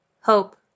Hope